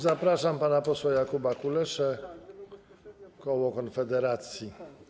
Zapraszam pana posła Jakuba Kuleszę, koło Konfederacji.